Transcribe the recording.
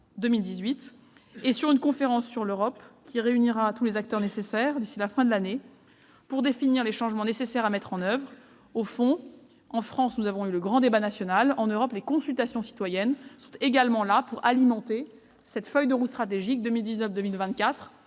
2018, et sur une conférence sur l'Europe, qui réunira tous les acteurs nécessaires d'ici à la fin de l'année, pour définir les changements nécessaires à mettre en oeuvre. Au fond, en France, nous avons eu le grand débat national ; en Europe, les consultations citoyennes sont également là pour alimenter cette feuille de route stratégique 2019-2024,